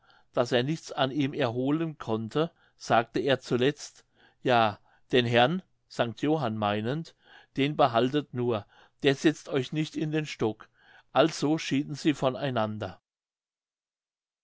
daß er nichts an ihm erholen konnte sagte er zuletzt ja den herrn sanct johann meinend den behaltet nur der setzt euch nicht in den stock also schieden sie